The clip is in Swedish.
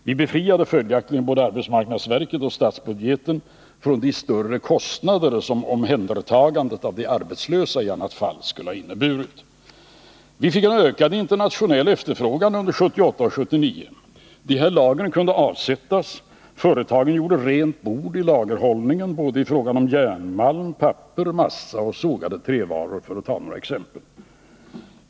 Vi befriade följaktligen både arbetsmarknadsverket och statsbudgeten från de större kostnader som omhändertagandet av de arbetslösa i annat fall skulle ha inneburit. Vi fick en ökad internationell efterfrågan under 1978-1979. Lagren kunde avsättas. Företagen gjorde rent bord i lagerhållningen när det gällde såväl järnmalm och papper som massa och sågade trävaror, för att ta några exempel.